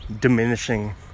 diminishing